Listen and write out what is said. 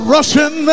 Russian